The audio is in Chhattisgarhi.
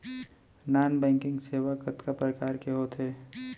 नॉन बैंकिंग सेवाएं कतका प्रकार के होथे